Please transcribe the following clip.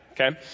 Okay